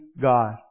God